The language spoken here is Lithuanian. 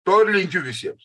to ir linkiu visiems